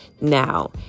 now